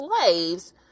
slaves